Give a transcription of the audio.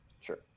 Sure